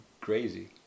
crazy